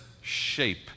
shape